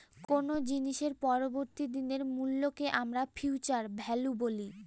কোনো জিনিসের পরবর্তী দিনের মূল্যকে আমরা ফিউচার ভ্যালু বলি